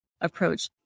approach